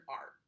art